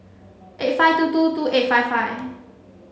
eight five two two two eight five five